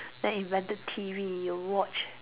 then invented T_V you watch